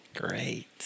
Great